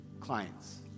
clients